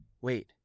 wait